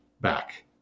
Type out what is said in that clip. back